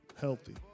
Healthy